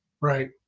Right